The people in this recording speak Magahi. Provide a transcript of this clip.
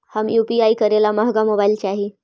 हम यु.पी.आई करे ला महंगा मोबाईल चाही?